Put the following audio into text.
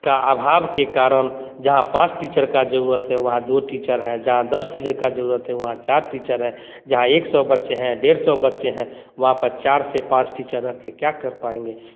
का अभाव के कारण जहाँ पाँच टीचर का जरूरत है वहाँ दो टीचर हैं जहाँ दस टीचर की जरूरत है वहाँ चार टीचर हैं जहाँ एक सौ बच्चे हैं डेढ़ सौ बच्चे हैं वहाँ पर चार से पाँच टीचर रखकर क्या कर पाएँगे